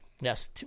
Yes